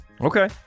Okay